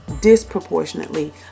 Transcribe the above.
disproportionately